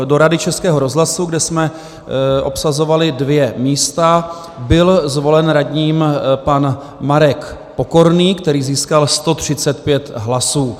V případě volby do Rady Českého rozhlasu, kde jsme obsazovali dvě místa, byl zvolen radním pan Marek Pokorný, který získal 135 hlasů.